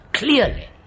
Clearly